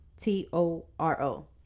t-o-r-o